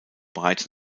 bereits